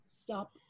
stop